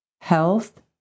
health